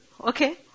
Okay